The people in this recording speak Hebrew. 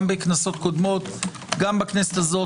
גם בכנסות קודמות וגם בזו,